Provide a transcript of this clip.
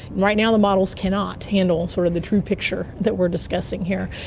right now the models cannot handle sort of the true picture that we're discussing here.